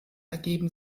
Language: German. ergeben